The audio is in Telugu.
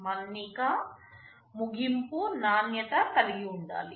మన్నిక ముగింపు నాణ్యత కలిగి ఉండాలి